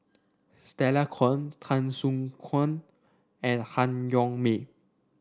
Stella Kon Tan Soo Khoon and Han Yong May